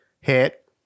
hit